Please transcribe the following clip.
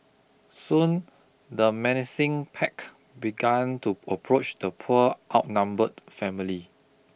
soon the menacing pack begun to approach the poor outnumbered family